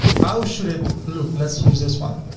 how should it look? let's use this one.